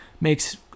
makes